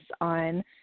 on